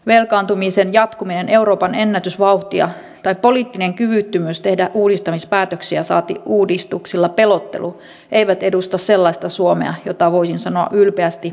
velkaantumisen jatkuminen euroopan ennätysvauhtia tai poliittinen kyvyttömyys tehdä uudistamispäätöksiä saati uudistuksilla pelottelu eivät edusta sellaista suomea jota voisin sanoa ylpeästi edustavani